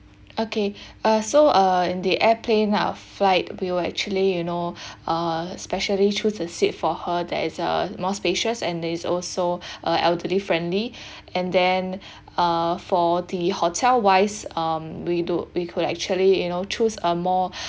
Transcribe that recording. okay uh so uh and the airplane ah flight we'll actually you know uh specially choose a seat for her that is uh more spacious and there is also elderly friendly and then uh for the hotel wise um we do we could actually you know choose a more